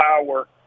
power